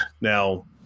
now